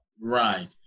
Right